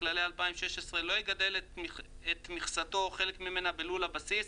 לכללי 2016 לא יגדל את מכסתו או חלק ממנה בלול הבסיס,